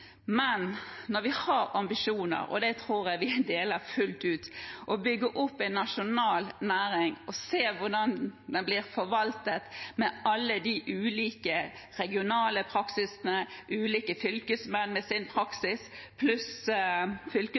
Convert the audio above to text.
Men når vi har ambisjoner – og dem tror jeg vi deler fullt ut – om å bygge opp en nasjonal næring, og ser hvordan den blir forvaltet, med alle de ulike regionale praksisene, de ulike fylkesmennenes praksis pluss